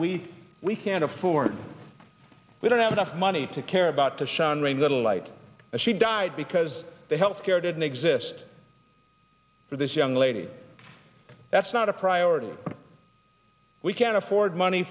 we we can't afford we don't have enough money to care about the show on rain little light and she died because the health care didn't exist for this young lady that's not a priority we can't afford money